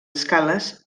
escales